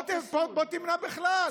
למה פסול?